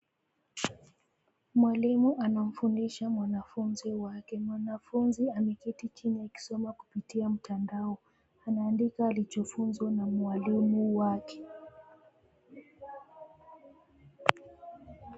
Mwalimu anamfundisha mwanafunzi wake. Mwanafunzi ameketi chini akisoma kupitia mtandao. Anaandika alichofunzwa na mwalimu wake.